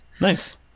nice